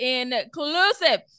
inclusive